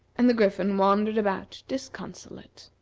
and the griffin wandered about disconsolate.